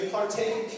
partake